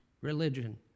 religion